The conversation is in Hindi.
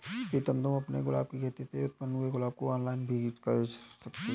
प्रीतम तुम अपने गुलाब की खेती से उत्पन्न हुए गुलाब को ऑनलाइन भी बेंच सकते हो